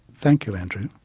thank you andrew.